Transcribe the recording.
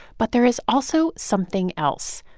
but there is also something else,